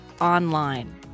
online